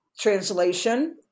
translation